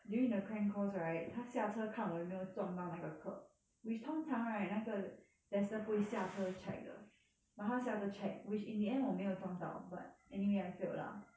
during the crank course right 他下车看我有没有撞到那个 curb which 通常 right 那个 tester 不会下车 check 的 but 他下车 check which in the end 我没有撞到 but anyway I failed lah